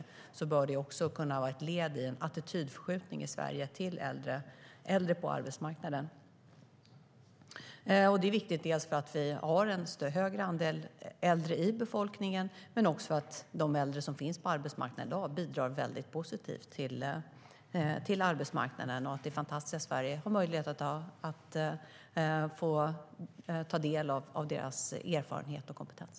Också det bör kunna vara ett led i en attitydförskjutning när det gäller äldre på arbetsmarknaden. Det är viktigt dels för att vi har en större andel äldre i befolkningen, dels för att de äldre som finns på arbetsmarknaden i dag bidrar på ett positivt sätt till den. Det är fantastiskt att Sverige kan ta del av deras erfarenhet och kompetens.